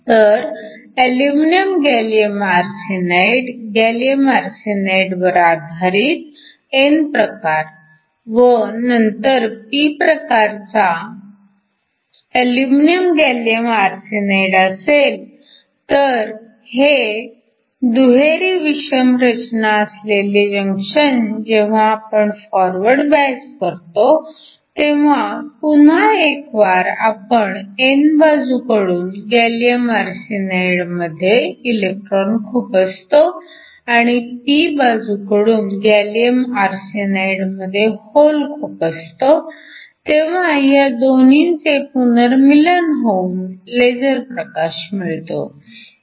जर aluminium gallium arsenide gallium arsenide वर आधारित n प्रकार व नंतर p प्रकारचा अल्युमिनिअम गॅलीअम आर्सेनाईड असेल तर हे दुहेरी विषम रचना असलेले जंक्शन जेव्हा आपण फॉरवर्ड बायस करतो तेव्हा पुन्हा एकवार आपण n बाजूकडून गॅलीअम आर्सेनाईडमध्ये इलेक्ट्रॉन खुपसतो आणि p बाजूकडून गॅलीअम आर्सेनाईडमध्ये होल खुपसतो तेव्हा ह्या दोन्हींचे पुनर्मीलन होऊन लेझर प्रकाश मिळतो